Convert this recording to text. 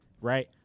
right